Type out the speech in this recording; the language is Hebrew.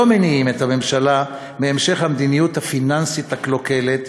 מניעות את הממשלה מהמשך המדיניות הפיננסית הקלוקלת,